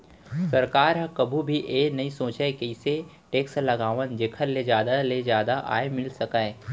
सरकार ह कभू भी ए नइ सोचय के कइसे टेक्स लगावन जेखर ले जादा ले जादा आय मिल सकय